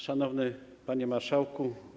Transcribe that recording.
Szanowny Panie Marszałku!